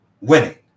winning